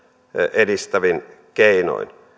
edistävin keinoin